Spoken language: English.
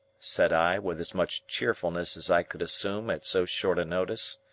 said i with as much cheerfulness as i could assume at so short a notice.